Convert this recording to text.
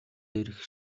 дээрх